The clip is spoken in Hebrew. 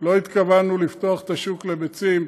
לא התכוונו לפתוח את השוק לביצים.